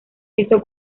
esto